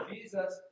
Jesus